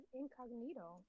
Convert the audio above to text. incognito